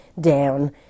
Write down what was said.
down